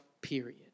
period